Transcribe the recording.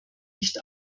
nicht